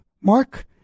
Mark